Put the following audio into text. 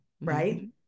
Right